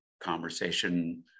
conversation